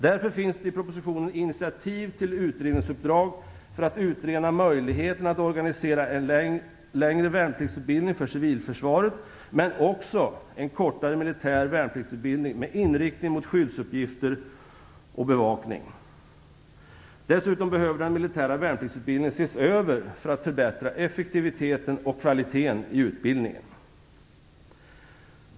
Det finns därför i propositionen initiativ till utredningsuppdrag för att utreda möjligheten att organisera en längre värnpliktsutbildning för civilförsvaret men också en kortare militär värnpliktsutbildning med inriktning mot skyddsuppgifter och bevakning. Dessutom behöver den militära värnpliktsutbildningen ses över för att förbättra effektiviteten och kvaliteten i utbildningen.